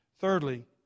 Thirdly